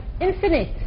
infinite